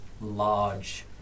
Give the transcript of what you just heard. large